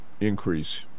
increase